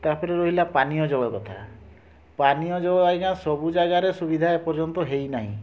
ତା'ପରେ ରହିଲା ପାନୀୟ ଜଳ କଥା ପାନୀୟ ଜଳ ଆଜ୍ଞା ସବୁ ଜାଗାରେ ସୁବିଧା ଏପର୍ଯ୍ୟନ୍ତ ହେଇନାହିଁ